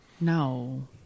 No